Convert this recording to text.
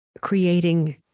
creating